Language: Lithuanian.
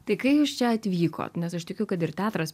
tai kai jūs čia atvykot nes aš tikiu kad ir teatras